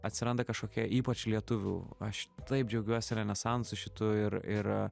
atsiranda kažkokia ypač lietuvių aš taip džiaugiuosi renesansu šitu ir ir